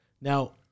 Now